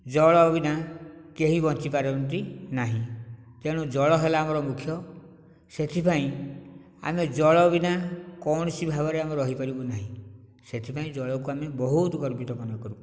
ଜଳ ବିନା କେହି ବଞ୍ଚି ପାରନ୍ତି ନାହିଁ ତେଣୁ ଜଳ ହେଲା ଆମର ମୁଖ୍ୟ ସେଥିପାଇଁ ଆମେ ଜଳ ବିନା କୌଣସି ଭାବରେ ଆମେ ରହିପାରିବୁ ନାହିଁ ସେଥିପାଇଁ ଜଳକୁ ଆମେ ବହୁତ ଗର୍ବିତ ମନେକରୁ